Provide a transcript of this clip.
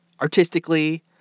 Artistically